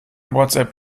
whatsapp